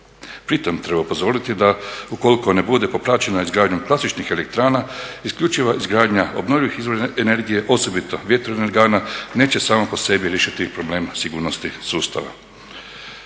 Pritom treba upozoriti da ukoliko ne bude popraćena izgradnjom klasičnih elektrana isključiva izgradnja obnovljivih izvora energije osobito vjetroelektrana neće sama po sebi riješiti probleme sigurnosti sustava.